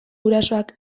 gurasoak